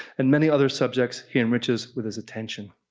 and many other subjects he enriches with his attention.